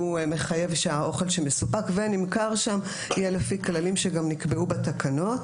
שמחייב שהאוכל שמסופק ושנמכר שם יהיה לפי כללים שגם נקבעו בתקנות,